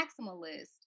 maximalist